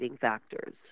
Factors